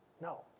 No